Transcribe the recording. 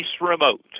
Remote